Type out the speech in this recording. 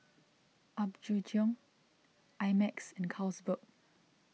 Apgujeong I Max and Carlsberg